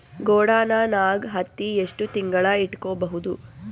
ಗೊಡಾನ ನಾಗ್ ಹತ್ತಿ ಎಷ್ಟು ತಿಂಗಳ ಇಟ್ಕೊ ಬಹುದು?